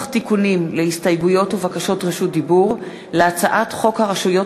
לוח תיקונים להסתייגויות ובקשות רשות דיבור להצעת חוק הרשויות